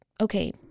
okay